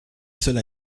cela